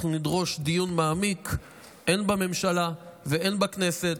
אנחנו נדרוש דיון מעמיק הן בממשלה והן בכנסת,